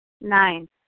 Nine